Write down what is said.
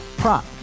prop